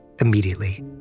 immediately